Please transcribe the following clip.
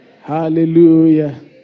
Hallelujah